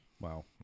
wow